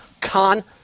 Con